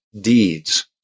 deeds